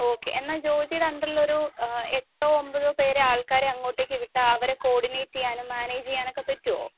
okay എന്നാൽ ജോജിയുടെ അണ്ടർൽ ഒരു എട്ടോ ഒമ്പതോ പേരെ ആള്ക്കാരെ അങ്ങോട്ടേക്ക് വിട്ടാൽ അവരെ കോഡിനേറ്റ് ചെയ്യാനും മാനേജ് ചെയ്യാനും ഒക്കെ പറ്റുമോ